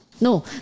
No